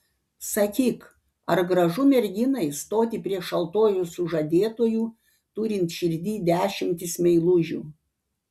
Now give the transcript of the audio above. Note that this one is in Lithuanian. sakyk ar gražu merginai stoti prieš altorių su žadėtuoju turint širdyj dešimtis meilužių